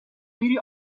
میری